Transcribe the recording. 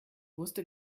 wusste